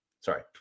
sorry